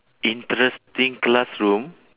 interesting classroom